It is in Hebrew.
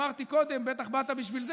אמרתי קודם, בטח באת בשביל זה.